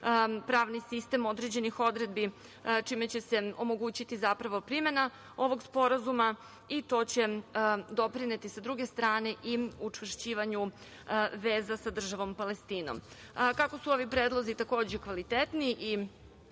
pravni sistem određenih odredbi, čime će se omogućiti primena ovog sporazuma i to će doprineti sa druge strane i učvršćivanju veza sa državom Palestinom. Kako su ovi predlozi takođe kvalitetni i